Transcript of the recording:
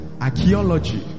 Archaeology